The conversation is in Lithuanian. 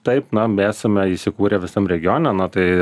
taip na esame įsikūrę visam regione na tai